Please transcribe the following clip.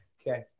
Okay